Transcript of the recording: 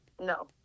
No